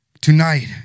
Tonight